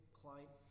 client